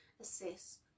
assess